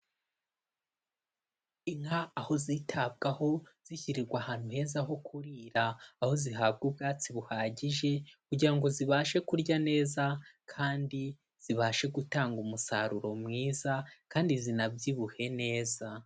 Inka aho zitabwaho zishyirirwa ahantu heza ho kurira, aho zihabwa ubwatsi buhagije kugira ngo zibashe kurya neza kandi zibashe gutanga umusaruro mwiza, kandi zinabyibuhe neza.